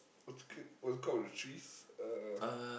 what's called the trees uh